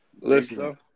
Listen